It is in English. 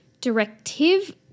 Directive